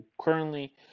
currently